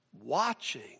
Watching